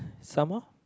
some more